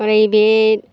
ओमफ्राय बे